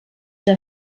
der